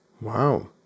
Wow